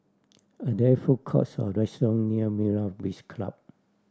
are there food courts or restaurant near Myra Breach Club